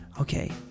Okay